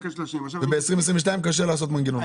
וב-2022 קשה לעשות מנגנון.